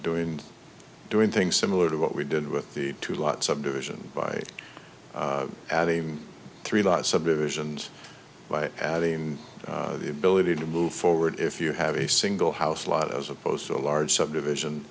and doing things similar to what we did with the two lot subdivision by adding three lots subdivisions by adding the ability to move forward if you have a single house lot as opposed to a large subdivision